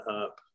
up